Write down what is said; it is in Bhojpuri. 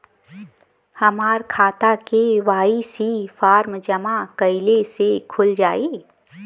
हमार खाता के.वाइ.सी फार्म जमा कइले से खुल जाई?